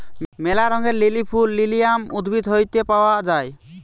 ম্যালা রঙের লিলি ফুল লিলিয়াম উদ্ভিদ হইত পাওয়া যায়